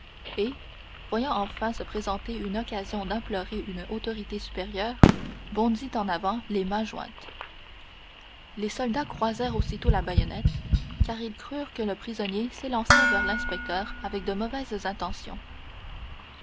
et voyant enfin se présenter une occasion d'implorer une autorité supérieure bondit en avant les mains jointes les soldats croisèrent aussitôt la baïonnette car ils crurent que le prisonnier s'élançait vers l'inspecteur avec de mauvaises intentions